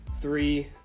three